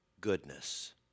goodness